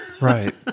Right